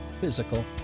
physical